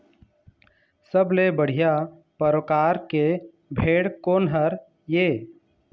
सबले बढ़िया परकार के भेड़ कोन हर ये?